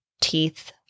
teeth